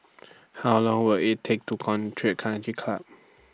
How Long Will IT Take to Country Country Club